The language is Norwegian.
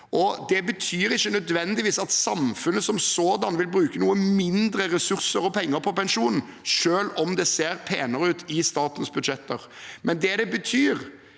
Det betyr nødvendigvis ikke at samfunnet som sådant vil bruke mindre ressurser og penger på pensjon, selv om det ser penere ut i statens budsjetter. Det som det betyr,